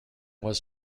was